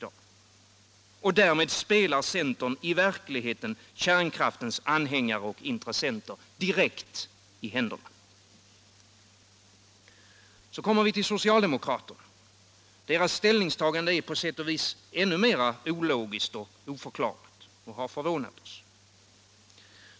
Därmed spelar centern i verkligheten kärnkraftens anhängare och intressenter direkt i händerna. Så kommer vi till socialdemokraterna. Deras ställningstagande är på sätt och vis ännu mer ologiskt och oförklarligt, och det har förvånat oss.